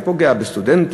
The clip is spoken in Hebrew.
שזה פוגע בסטודנטים,